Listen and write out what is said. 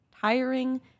tiring